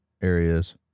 areas